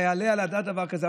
היעלה על הדעת דבר כזה?